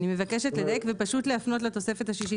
אני מבקשת לדייק ופשוט להפנות לתוספת השישית.